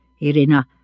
Irina